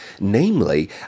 Namely